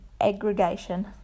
aggregation